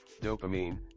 Dopamine